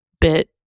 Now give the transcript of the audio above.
bit